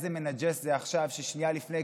איזה מנג'ס זה עכשיו ששנייה לפני,